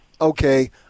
okay